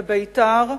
בבית"ר,